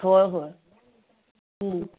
होय होय